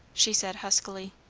she said huskily.